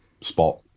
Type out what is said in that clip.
spot